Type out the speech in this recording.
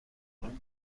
آروم